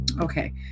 okay